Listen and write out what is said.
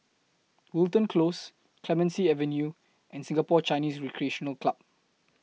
Wilton Close Clemenceau Avenue and Singapore Chinese Recreational Club